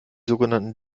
sogenannten